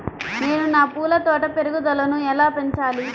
నేను నా పూల తోట పెరుగుదలను ఎలా పెంచాలి?